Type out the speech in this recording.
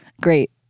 great